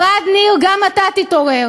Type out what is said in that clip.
ערד ניר, גם אתה תתעורר.